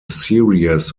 series